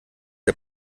der